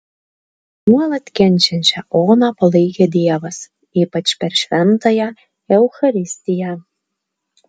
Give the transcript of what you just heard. nuolat kenčiančią oną palaikė dievas ypač per šventąją eucharistiją